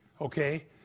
Okay